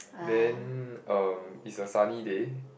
then um it's a sunny day